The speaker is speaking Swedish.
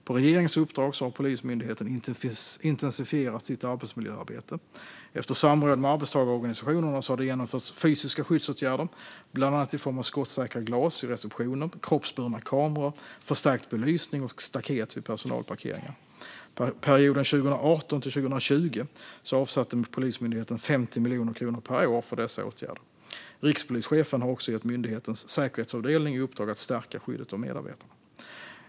På regeringens uppdrag har Polismyndigheten intensifierat sitt arbetsmiljöarbete. Efter samråd med arbetstagarorganisationerna har det genomförts fysiska skyddsåtgärder bland annat i form av skottsäkra glas i receptioner, kroppsburna kameror, förstärkt belysning och staket vid personalparkeringar. Perioden 2018-2020 avsatte Polismyndigheten 50 miljoner kronor per år för dessa åtgärder. Rikspolischefen har också gett myndighetens säkerhetsavdelning i uppdrag att stärka skyddet av medarbetarna.